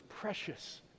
precious